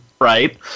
right